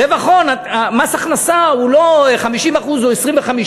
רווח הון מס הכנסה הוא לא 50%, הוא 25%,